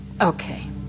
Okay